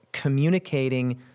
communicating